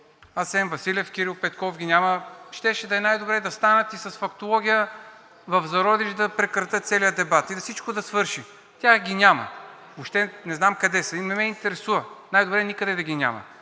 Асен Василев, Кирил Петков ги няма. Щеше да е най-добре да станат и с фактология още в зародиш да прекратят целия дебат и всичко да свърши. Тях ги няма, въобще не знам къде са и не ме интересува – най-добре никъде да ги няма.